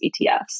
ETFs